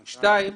שניים,